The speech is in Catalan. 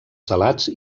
salats